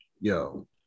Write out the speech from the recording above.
Yo